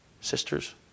Sisters